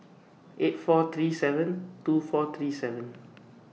eight four three seven two four three seven